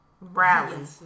rally